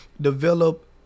develop